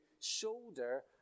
shoulder